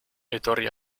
etorri